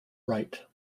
right